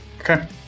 Okay